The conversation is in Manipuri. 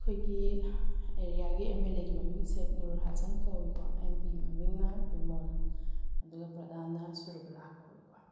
ꯑꯩꯈꯣꯏꯒꯤ ꯑꯦꯔꯤꯌꯥꯒꯤ ꯑꯦꯝ ꯑꯜ ꯑꯦ ꯒꯤ ꯃꯃꯤꯡꯁꯦ ꯅꯨꯔ ꯍꯥꯠꯁꯟ ꯀꯧꯏꯀꯣ ꯑꯦꯝ ꯄꯤ ꯒꯤ ꯃꯃꯤꯡꯅ ꯕꯤꯃꯣꯜ ꯑꯗꯨꯒ ꯄ꯭ꯔꯙꯥꯟꯅ ꯁꯨꯔꯨꯕꯂꯥ ꯀꯧꯏꯀꯣ